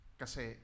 kasi